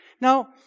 Now